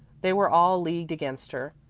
they were all leagued against her.